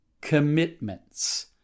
commitments